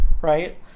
right